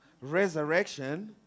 resurrection